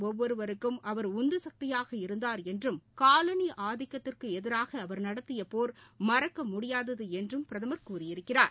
ஒவ்வொருவருக்கும் உந்துசக்தியாக இந்தியர் இருந்தார் என்றும் காலணிஆதிக்கத்திற்குஎதிராகஅவர் நடத்தியபோர் மறக்கமுடியாததுஎன்றும் பிரதமர் கூறியிருக்கிறார்